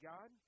God